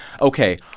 okay